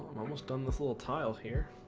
almost done this little tile here